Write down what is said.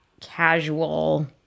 casual